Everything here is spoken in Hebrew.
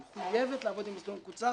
היא מחויבת לעבוד עם המסלול המקוצר,